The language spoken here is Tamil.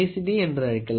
D என்றும் அழைக்கலாம்